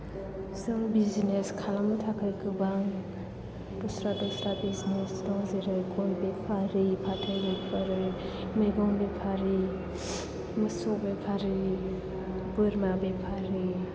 जों बिजनेस खालामनो थाखाय गोबां दस्रा दस्रा बिजनेस दं जेरै गय बेफारि फाथै बेफारि मैगं बेफारि मोसौ बेफारि बोरमा बेफारि